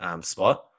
spot